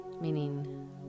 Meaning